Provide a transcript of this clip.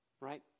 right